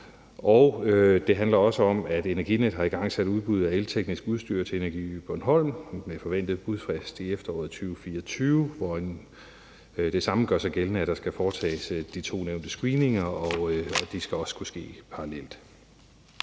Det handler også om, at Energinet har igangsat udbuddet af elteknisk udstyr til Energiø Bornholm med forventet budfrist i efteråret 2024, hvor det samme gør sig gældende, nemlig at der skal foretages de to nævnte screeninger, og det skal også kunne ske parallelt.